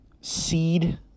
Seed